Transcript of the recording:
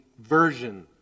version